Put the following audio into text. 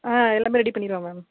ஆ எல்லாமே ரெடி பண்ணிருவோம் மேம்